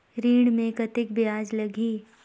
ऋण मे कतेक ब्याज लगही?